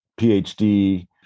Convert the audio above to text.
PhD